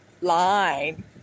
line